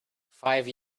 five